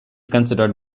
considered